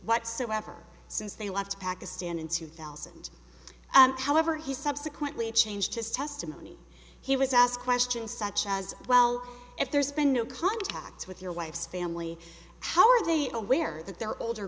whatsoever since they left pakistan in two thousand and however he subsequently changed his testimony he was asked questions such as well if there's been no contact with your wife's family how are they aware that